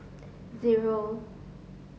zero